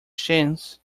chance